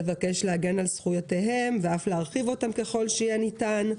תבקש להגן על זכויותיהם ואף להרחיב אותן ככל שיהיה ניתן.